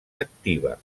activa